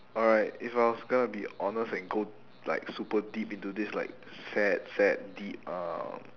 alright if I was gonna be honest and go like super deep into this like sad sad deep um